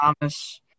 Thomas